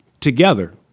together